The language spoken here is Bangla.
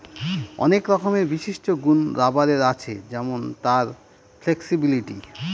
অনেক রকমের বিশিষ্ট গুন রাবারের আছে যেমন তার ফ্লেক্সিবিলিটি